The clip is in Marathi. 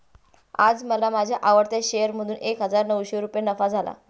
आज मला माझ्या आवडत्या शेअर मधून एक हजार नऊशे रुपये नफा झाला